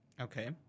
okay